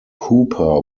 cooper